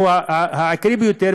הוא העיקרי ביותר,